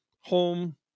Home